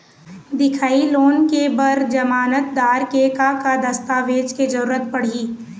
दिखाही लोन ले बर जमानतदार के का का दस्तावेज के जरूरत पड़ही?